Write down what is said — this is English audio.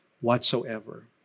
whatsoever